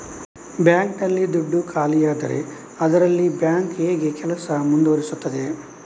Bank ನಲ್ಲಿ ದುಡ್ಡು ಖಾಲಿಯಾದರೆ ಅದರಲ್ಲಿ ಬ್ಯಾಂಕ್ ಹೇಗೆ ಕೆಲಸ ಮುಂದುವರಿಸುತ್ತದೆ?